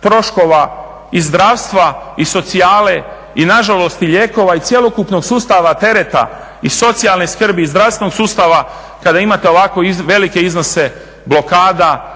troškova iz zdravstva i socijale, i nažalost, i lijekova, i cjelokupnog sustava tereta, i socijalne skrbi, i zdravstvenog sustava. Kada imate ovako velike iznose blokada,